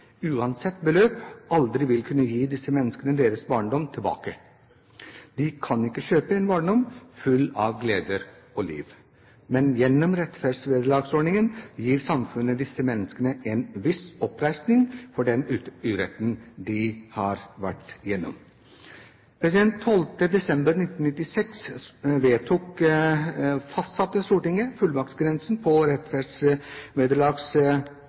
uansett beløp – aldri vil kunne gi disse menneskene deres barndom tilbake. De kan ikke kjøpe en barndom full av gleder og liv. Men gjennom rettferdsvederlagsordningen gir samfunnet disse menneskene en viss oppreisning for den uretten de har vært gjennom. 12. desember 1996 fastsatte Stortinget fullmaktsgrensen på